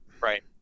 Right